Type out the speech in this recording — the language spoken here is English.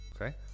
Okay